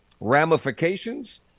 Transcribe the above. ramifications